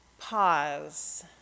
pause